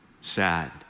sad